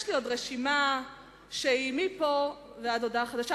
יש לי עוד רשימה מפה ועד להודעה חדשה.